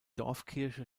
dorfkirche